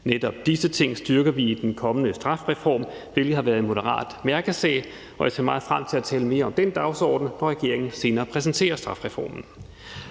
Netop disse ting styrker vi i den kommende strafreform, hvilket har været en moderat mærkesag, og jeg ser meget frem til at tale mere om den dagsorden, når regeringen senere præsenterer strafreformen.